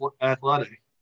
athletic